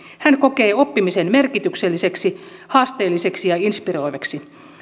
hän kokee oppimisen merkitykselliseksi haasteelliseksi ja inspiroivaksi